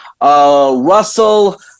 Russell